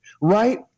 right